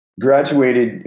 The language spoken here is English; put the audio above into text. Graduated